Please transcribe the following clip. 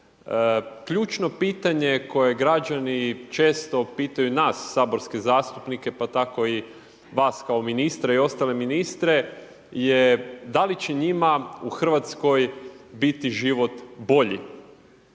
Ključno pitanje koje građani često pitaju nas saborske zastupnike pa tako i vas kao ministre i ostale ministre je da li će njima u Hrvatskoj biti život bolji.